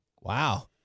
Wow